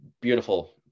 beautiful